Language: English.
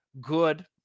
good